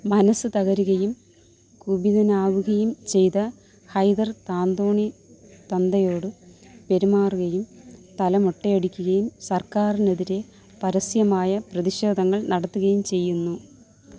മനസ്സു തകരുകയും കുപിതനാകുകയും ചെയ്ത ഹൈദർ താന്തോന്നി തന്തയോട് പെരുമാറുകയും തല മൊട്ടയടിക്കുകയും സർക്കാരിനെതിരെ പരസ്യമായ പ്രതിഷേധങ്ങൾ നടത്തുകയും ചെയ്യുന്നു